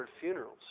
funerals